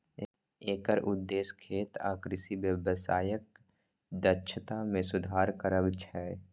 एकर उद्देश्य खेत आ कृषि व्यवसायक दक्षता मे सुधार करब छै